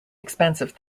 expensive